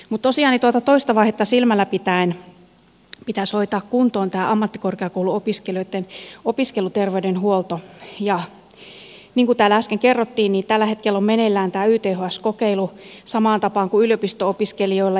mutta tosiaan tuota toista vaihetta silmällä pitäen pitäisi hoitaa kuntoon tämä ammattikorkeakouluopiskelijoitten opiskeluterveydenhuolto ja niin kuin täällä äsken kerrottiin tällä hetkellä on meneillään tämä yths kokeilu samaan tapaan kuin yliopisto opiskelijoilla